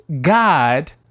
God